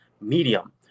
medium